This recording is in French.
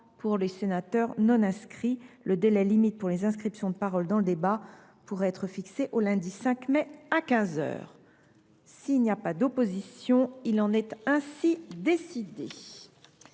pour un sénateur non inscrit. Le délai limite pour les inscriptions de parole dans le débat pourrait être fixé au lundi 5 mai à quinze heures. Il n’y a pas d’opposition ?… Il en est ainsi décidé.